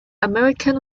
american